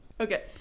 okay